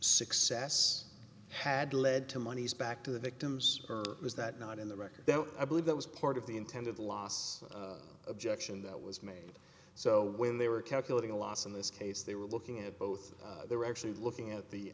success had led to monies back to the victims or was that not in the record i believe that was part of the intended loss objection that was made so when they were calculating a loss in this case they were looking at both they were actually looking at the